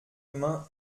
humain